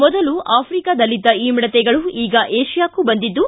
ಮೊದಲು ಆಫಿಕಾದಲ್ಲಿದ್ದ ಈ ಮಿಡತೆಗಳು ಈಗ ಏಷಿಯಾಕ್ಕೂ ಬಂದಿದ್ದು